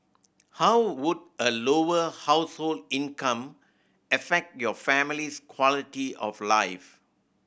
how would a lower household income affect your family's quality of life